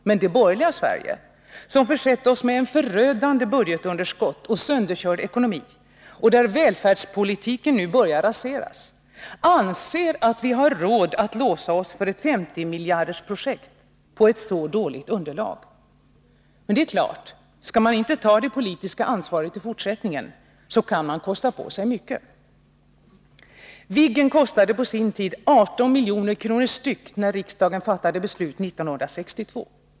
Men det borgerliga Sverige, som försett oss med ett förödande budgetunderskott och sönderkörd ekonomi och där välfärdspolitiken nu börjar raseras, anser att vi har råd att låsa oss för ett 50-miljardersprojekt på ett så dåligt underlag. Det är klart: Skall man inte ta det politiska ansvaret i fortsättningen, kan man kosta på sig mycket. Viggen kostade på sin tid 18 milj.kr. styck när regeringen fattade beslut 1962.